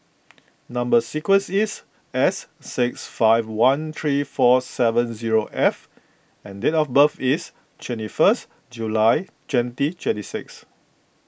Number Sequence is S six five one three four seven zero F and date of birth is twenty first July twenty twenty six